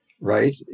right